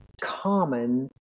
common